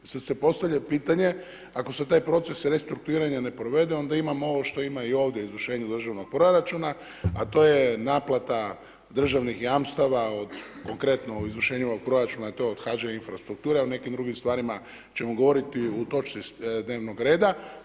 I sad se postavlja pitanje ako se taj proces restrukturiranja ne provede onda imamo ovo što ima i ovdje u izvršenju državnog proračuna a to je naplata državnih jamstava o konkretno u izvršenju ovog proračuna je to od HŽ infrastrukture a o nekim drugim stvarima ćemo govoriti u točci dnevnog reda.